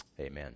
Amen